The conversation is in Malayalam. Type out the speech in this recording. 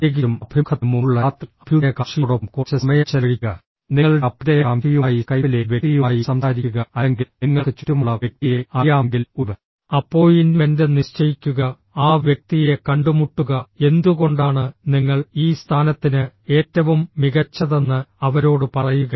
പ്രത്യേകിച്ചും അഭിമുഖത്തിന് മുമ്പുള്ള രാത്രി അഭ്യുദയകാംക്ഷിയോടൊപ്പം കുറച്ച് സമയം ചെലവഴിക്കുക നിങ്ങളുടെ അഭ്യുദയകാംക്ഷിയുമായി സ്കൈപ്പിലെ വ്യക്തിയുമായി സംസാരിക്കുക അല്ലെങ്കിൽ നിങ്ങൾക്ക് ചുറ്റുമുള്ള വ്യക്തിയെ അറിയാമെങ്കിൽ ഒരു അപ്പോയിന്റ്മെന്റ് നിശ്ചയിക്കുക ആ വ്യക്തിയെ കണ്ടുമുട്ടുക എന്തുകൊണ്ടാണ് നിങ്ങൾ ഈ സ്ഥാനത്തിന് ഏറ്റവും മികച്ചതെന്ന് അവരോട് പറയുക